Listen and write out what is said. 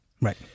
Right